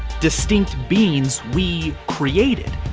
distinct beings we created.